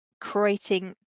creating